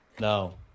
no